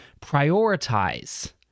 prioritize